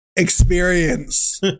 Experience